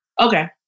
Okay